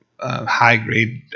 high-grade